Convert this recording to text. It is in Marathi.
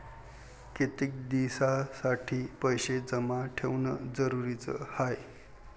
कितीक दिसासाठी पैसे जमा ठेवणं जरुरीच हाय?